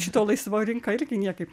šito laisva rinka irgi niekaip